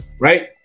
right